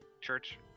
church